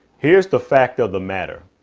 here's the fact of the matter.